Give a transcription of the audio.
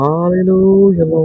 Hallelujah